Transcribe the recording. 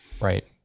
right